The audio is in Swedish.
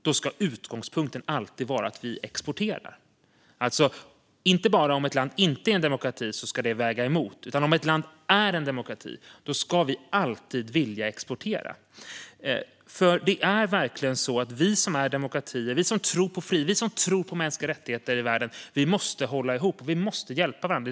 Det ska alltså inte bara väga emot om ett land inte är en demokrati, utan om ett land är en demokrati ska vi alltid vilja exportera. Vi demokratier, vi som tror på frihet och mänskliga rättigheter i världen, vi måste hålla ihop och hjälpa varandra.